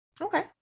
Okay